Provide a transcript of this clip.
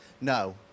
No